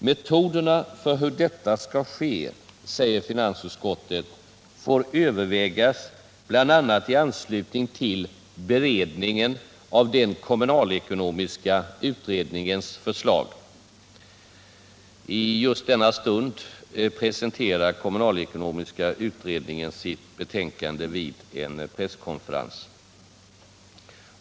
Metoderna för hur detta skall ske, säger finansutskottet, får övervägas bl.a. i anslutning till beredningen av den kommunalekonomiska utredningens förslag. Just i denna stund presenterar kommunalekonomiska utredningen sitt betänkande vid en presskonferens.